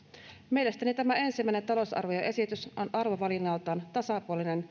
mielestäni tämä ensimmäinen talousarvioesitys on arvovalinnaltaan tasapuolinen